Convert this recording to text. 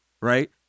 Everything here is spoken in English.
right